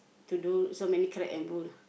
to do so many crap and bull